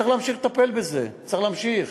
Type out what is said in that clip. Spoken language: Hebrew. צריך להמשיך לטפל בזה, צריך להמשיך.